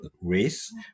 race